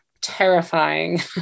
terrifying